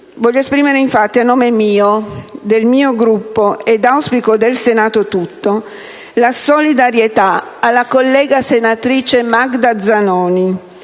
voglio esprimere infatti a nome mio e del mio Gruppo - ed auspico del Senato tutto - la solidarietà alla collega, senatrice Magda Zanoni,